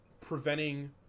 preventing